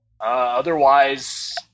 Otherwise